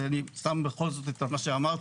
אז אני שם בכל זאת את מה שאמרתי,